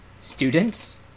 students